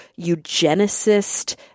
eugenicist